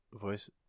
voice